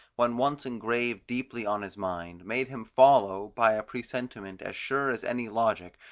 when once engraved deeply on his mind, made him follow by a presentiment as sure as any logic,